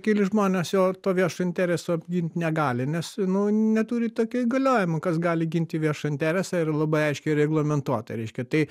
keli žmonės jo to viešo intereso apgint negali nes nu neturi tokio įgaliojimo kas gali ginti viešą interesą ir labai aiškiai reglamentuota reiškia tai